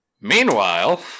Meanwhile